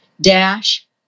dash